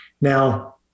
Now